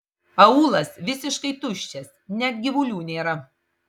aūlas visiškai tuščias net gyvulių nėra